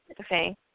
Okay